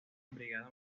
brigada